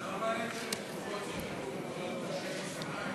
למה, זה כתוב בתורת משה מסיני?